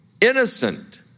innocent